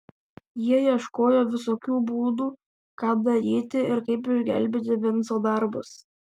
jie ieškojo visokių būdų ką daryti ir kaip išgelbėti vinco darbus